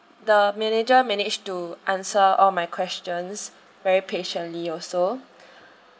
the manager managed to answer all my questions very patiently also